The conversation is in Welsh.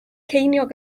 ceiniog